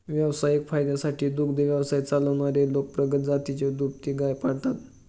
व्यावसायिक फायद्यासाठी दुग्ध व्यवसाय चालवणारे लोक प्रगत जातीची दुभती गाय पाळतात